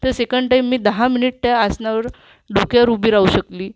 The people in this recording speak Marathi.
तर सेकंड टाइम मी दहा मिनिटं त्या आसनावर डोक्यावर उभी राहू शकली